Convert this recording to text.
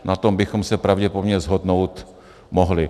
Na tom bychom se pravděpodobně shodnout mohli.